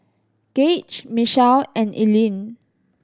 Gauge Michele and Eileen